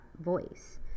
voice